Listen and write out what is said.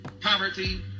poverty